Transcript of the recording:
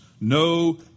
no